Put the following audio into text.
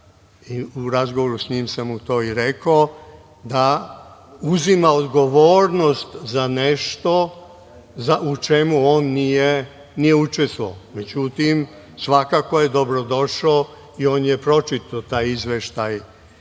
i u razgovoru sa njim sam mu to i rekao, da uzima odgovornost za nešto u čemu on nije učestvovao. Međutim, svakako je dobrodošao i on je pročitao taj izveštaj